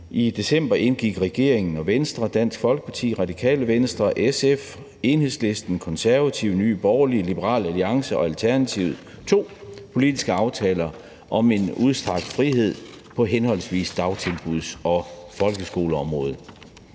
I december indgik regeringen, Venstre, Dansk Folkeparti, Radikale Venstre, SF, Enhedslisten, Konservative, Nye Borgerlige, Liberal Alliance og Alternativet to politiske aftaler om en udstrakt frihed på henholdsvis dagtilbuds- og folkeskoleområdet.